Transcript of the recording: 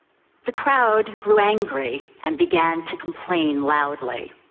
the crowd grew angry and began to complain loudly.